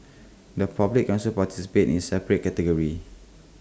the public can also participate in A separate category